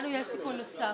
לנו יש תיקון נוסף.